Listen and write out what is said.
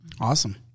Awesome